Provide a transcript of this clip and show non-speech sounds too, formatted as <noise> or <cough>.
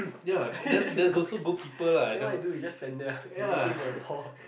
<laughs> yeah then what he do he just stand there ah he waiting for the ball